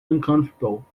uncomfortable